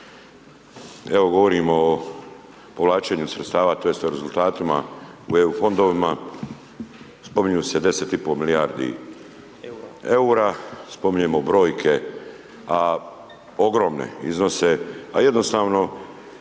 evo govorimo o povlačenju sredstava tj. rezultatima u EU fondovima, spominju se 10,5 milijardi EUR-a, spominjemo brojke a ogromne iznose, a jednostavno